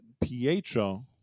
Pietro